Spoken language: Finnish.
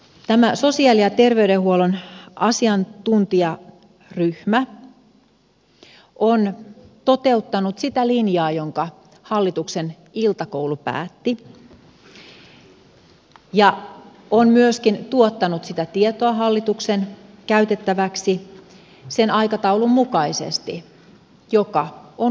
tämä sosiaali ja terveydenhuollon asiantuntijaryhmä on toteuttanut sitä linjaa jonka hallituksen iltakoulu päätti ja on myöskin tuottanut sitä tietoa hallituksen käytettäväksi sen aikataulun mukaisesti joka on luvattu